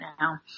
now